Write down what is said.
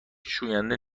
شوینده